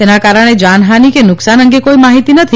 તેના કારણે જાનહાનિ કે નુકસાન અંગે કોઈ માહિતી નથી